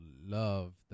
love